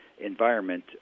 environment